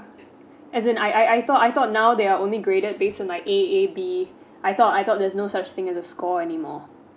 as in I I I thought I thought now they are only graded based on A_A_B I thought I thought there's no such things as a score anymore